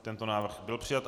Tento návrh byl přijat.